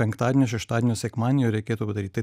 penktadienio šeštadienio sekmadienį jau reikėtų padaryt tai